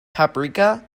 paprika